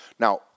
Now